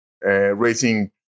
raising